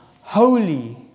holy